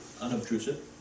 unobtrusive